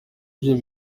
vyo